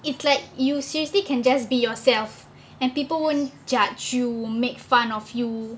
it's like you seriously can just be yourself and people won't judge you make fun of you